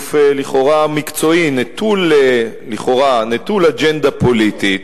גוף לכאורה מקצועי, לכאורה נטול אג'נדה פוליטית,